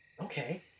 Okay